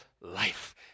life